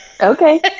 Okay